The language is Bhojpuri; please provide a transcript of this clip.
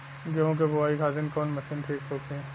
गेहूँ के बुआई खातिन कवन मशीन ठीक होखि?